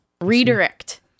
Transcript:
Redirect